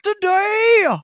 today